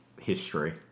History